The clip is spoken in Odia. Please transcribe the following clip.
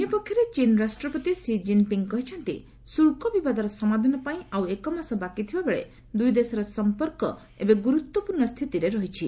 ଅନ୍ୟପକ୍ଷରେ ଚୀନ ରାଷ୍ଟ୍ରପତି ସି ଜିନ ପିଙ୍ଗ କହିଛନ୍ତି ଶୁଳ୍କ ବିବାଦର ସମାଧାନ ପାଇଁ ଆଉ ଏକମାସ ବାକି ଥିବାବେଳେ ଦୁଇଦେଶର ସମ୍ପର୍କ ଏବେ ଗୁରୁତ୍ୱପୂର୍ଣ୍ଣ ସ୍ଥିତିରେ ରହିଛି